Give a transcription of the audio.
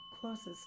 closest